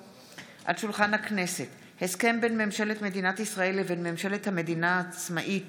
הסכם בין ממשלת מדינת ישראל לבין ממשלת המדינה העצמאית